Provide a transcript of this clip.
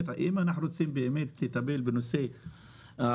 אם אנחנו רוצים באמת לטפל בנושא האבטלה,